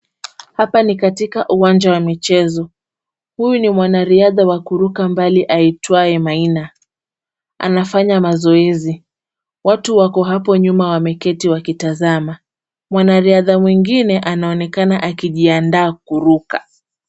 Hapa ni katika uwanja wa michezo. Huyu ni mwanariadha wa kuruka mbali aitwaye Maina, anafanya mazoezi. Watu wako hapo nyuma wameketi wakitazama. Mwanariadha mwingine anaonekana akijiandaa kuruka.